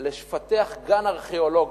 לפתח גן ארכיאולוגי.